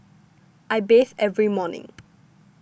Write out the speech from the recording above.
I bathe every morning